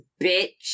bitch